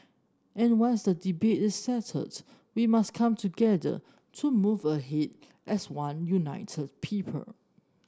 and once the debate is settled we must come together to move ahead as one united people